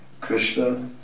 Krishna